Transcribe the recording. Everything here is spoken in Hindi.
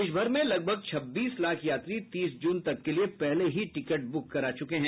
देशभर में लगभग छब्बीस लाख यात्री तीस जून तक के लिए पहले ही टिकट ब्रक करा चुके हैं